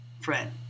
friend